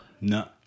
No